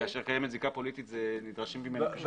שכאשר קיימת זיקה פוליטית נדרשים ממנו כישורים מיוחדים.